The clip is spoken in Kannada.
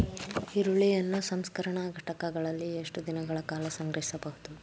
ಈರುಳ್ಳಿಯನ್ನು ಸಂಸ್ಕರಣಾ ಘಟಕಗಳಲ್ಲಿ ಎಷ್ಟು ದಿನಗಳ ಕಾಲ ಸಂಗ್ರಹಿಸಬಹುದು?